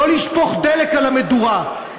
לא לשפוך דלק על המדורה,